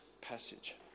passage